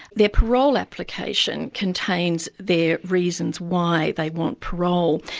their parole application contains their reasons why they want parole.